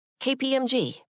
KPMG